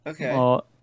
Okay